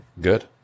Good